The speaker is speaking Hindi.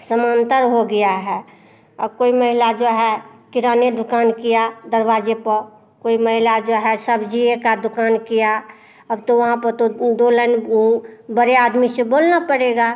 समांतर हो गया है अब कोई महिला जो है किराने दुकान किया दरवाजे पा कोई महिला जो है सब्जिए का दुकान किया अब तो वहाँ पर तो दोलन बड़े आदमी से बोलना पड़ेगा